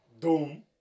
Doom